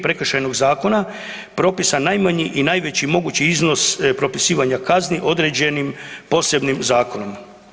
Prekršajnog zakona propisan najmanji i najveći mogući iznos propisivanja kazni određenim posebnim zakonom.